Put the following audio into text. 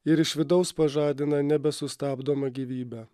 ir iš vidaus pažadina nebesustabdomą gyvybę